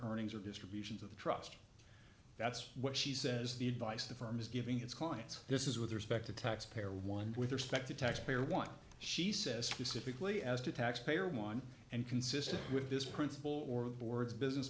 earnings or distributions of the trust that's what she says the advice the firm is giving its clients this is with respect to taxpayer one with respect to taxpayer one she says specifically as a taxpayer one and consistent with this principle or the board's business